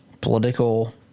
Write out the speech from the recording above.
political